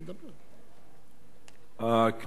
תודה רבה,